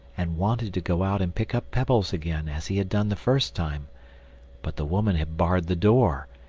and wanted to go out and pick up pebbles again, as he had done the first time but the woman had barred the door,